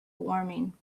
warming